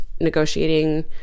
negotiating